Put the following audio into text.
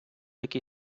якій